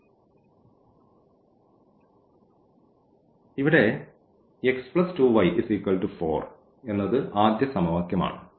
അതിനാൽ ഇവിടെ x 2y 4 എന്നത് ആദ്യ സമവാക്യമാണ്